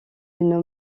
une